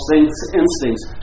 instincts